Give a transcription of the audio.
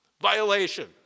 violation